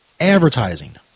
advertising